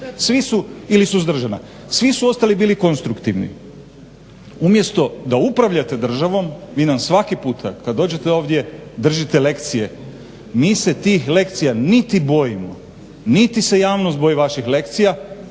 Svi su, ili suzdržana. Svi su ostali bili konstruktivni. Umjesto da upravljate državom vi nam svaki puta kada dođete ovdje držite lekcije. Mi se tih lekcija niti bojimo, niti se javnost boji vaših lekcija,